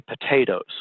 potatoes